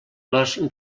les